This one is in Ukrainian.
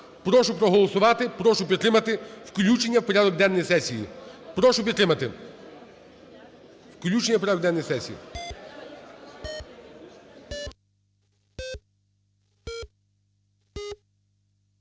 Прошу проголосувати, прошу підтримати включення у порядок денний сесії.